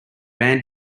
band